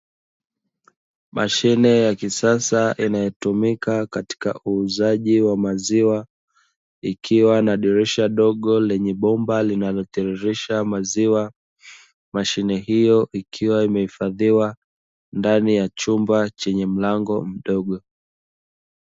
Mashine ya kisasa inayotumika katika uuzaji wa maziwa ikiwa na dirisha dogo lenye bomba linalo telilisha maziwa, mashine hiyo ikiwa imehifadhiwa ndani ya chumba chenye mlango mdogo.